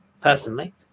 personally